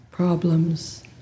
problems